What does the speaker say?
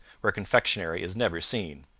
where confectionery is never seen,